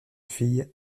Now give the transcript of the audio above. fille